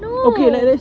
no